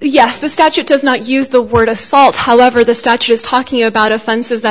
yes the statute does not use the word assault however the statue is talking about offenses that